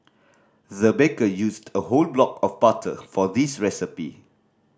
the baker used a whole block of butter for this recipe